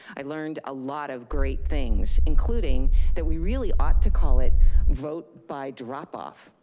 i learned a lot of great things, including that we really ought to call it vote by drop-off,